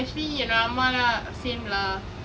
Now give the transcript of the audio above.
actually என்னோட அம்மாலாம்:ennoda ammalam same lah